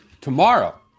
Tomorrow